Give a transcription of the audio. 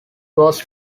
was